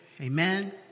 Amen